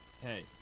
Hey